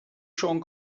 siôn